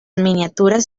miniaturas